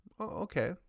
Okay